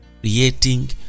creating